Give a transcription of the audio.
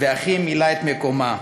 / ואחי מילא את מקומה.